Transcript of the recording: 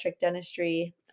dentistry